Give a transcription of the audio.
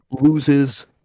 loses